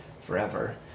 forever